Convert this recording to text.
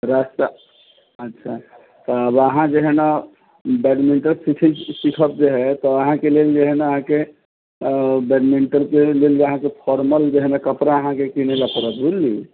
रास्ता अच्छा त आब अहाँ जे है न बैटमिंटन सिखब जे है तऽ अहाँके लेल जे है न अहाँके बैटमिंटन के लेल अहाँके फॉर्मल जे है न कपड़ा अहाँके किनैलए परत बुझलू